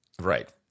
Right